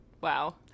Wow